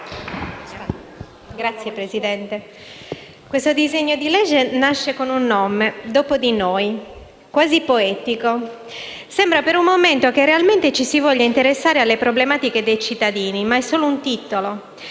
Signora Presidente, questo disegno di legge nasce con un nome: "Dopo di noi", quasi poetico. Sembra, per un momento, che realmente ci si voglia interessare alle problematiche dei cittadini, ma è solo un titolo,